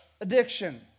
addiction